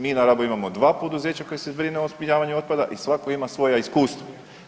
Mi na Rabu imamo dva poduzeća koja se brinu o zbrinjavanju otpada i svatko ima svoja iskustva.